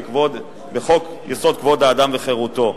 בחוק-יסוד: כבוד האדם וחירותו,